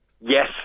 Yes